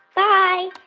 bye